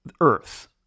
Earth